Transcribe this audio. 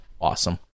Awesome